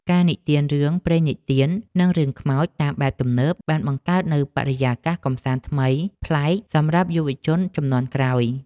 ការនិទានរឿងព្រេងនិទាន និងរឿងខ្មោចតាមបែបទំនើបបានបង្កើតនូវបរិយាកាសកម្សាន្តថ្មីប្លែកសម្រាប់យុវជនជំនាន់ក្រោយ។